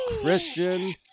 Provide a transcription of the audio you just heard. Christian